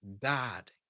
God